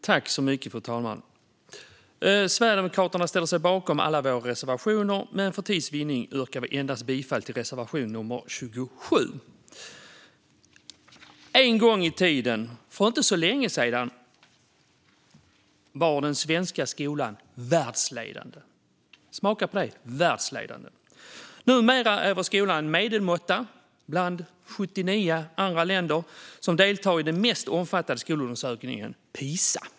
Fru talman! Vi i Sverigedemokraterna ställer oss bakom alla våra reservationer, men för tids vinning yrkar jag bifall endast till reservation nummer 27. En gång i tiden, för inte så länge sedan, var den svenska skolan världsledande. Smaka på det - världsledande! Numera är vår skola en medelmåtta bland de 79 länder som deltar i den mest omfattande skolundersökningen, Pisa.